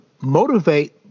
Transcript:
motivate